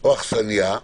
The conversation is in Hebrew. או אכסניה,